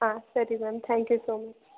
ಆಂ ಸರಿ ma'am thank you so much